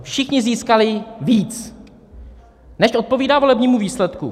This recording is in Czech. Všichni získali víc, než odpovídá volebnímu výsledku.